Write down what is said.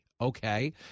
okay